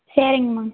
சரிங்கம்மா